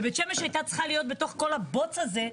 ובית שמש הייתה צריכה להיות בתוך כל הבוץ הזה,